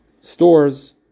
stores